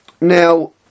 Now